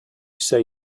say